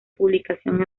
publicación